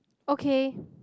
okay